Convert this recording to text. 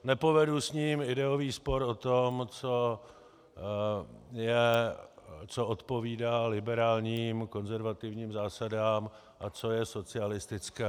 Nepovedu s ním ideový spor o tom, co odpovídá liberálním konzervativním zásadám a co je socialistické.